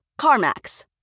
CarMax